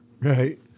Right